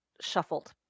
shuffled